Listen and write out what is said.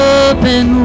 open